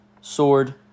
sword